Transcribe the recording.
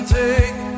take